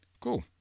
cool